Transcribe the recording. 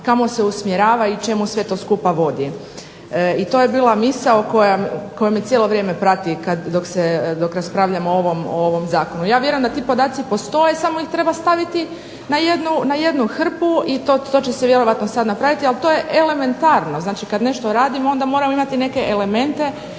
i kamo se usmjerava i čemu sve to skupa vodi. I to je bila misao koja me cijelo vrijeme prati dok raspravljamo o ovom zakonu. Ja vjerujem da ti podaci postoje samo ih treba staviti na jednu hrpu. I to će se vjerovatno sad napraviti, ali to je elementarno. Znači, kad nešto radimo moramo imati neke elemente